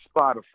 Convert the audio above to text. Spotify